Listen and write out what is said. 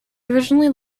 originally